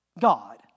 God